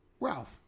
Ralph